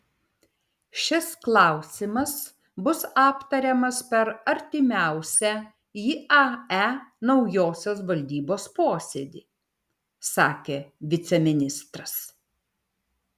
šis klausimas bus aptariamas per artimiausią iae naujosios valdybos posėdį sakė viceministras